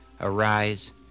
Arise